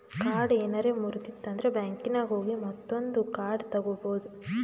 card ಏನಾರೆ ಮುರ್ದಿತ್ತಂದ್ರ ಬ್ಯಾಂಕಿನಾಗ್ ಹೋಗಿ ಮತ್ತೊಂದು ಕಾರ್ಡ್ ತಗೋಬೋದ್